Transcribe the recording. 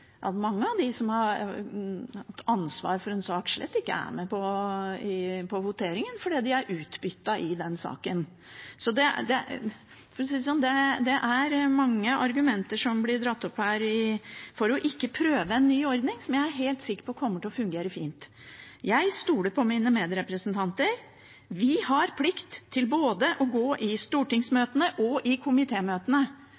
at mange av dem som har hatt ansvaret for en sak, slett ikke er med på voteringen fordi de er blitt utbyttet i den saken. For å si det sånn: Det er mange argumenter som blir dratt opp her for ikke å prøve en ny ordning – en ordning som jeg er helt sikker på kommer til å fungere fint. Jeg stoler på mine medrepresentanter. Vi har plikt til å gå både i stortingsmøtene og i komitémøtene. Plikten til å gå i